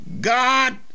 God